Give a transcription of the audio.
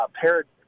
paradigm